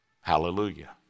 Hallelujah